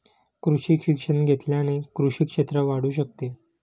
कृषी शिक्षण घेतल्याने कृषी क्षेत्र वाढू शकते